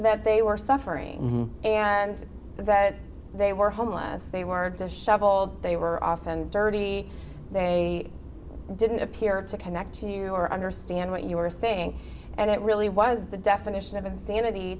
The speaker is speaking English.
that they were suffering and that they were homeless they were to shovel they were often dirty they didn't appear to connect you know or understand what you were saying and it really was the definition of insanity